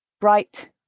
Bright